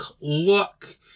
look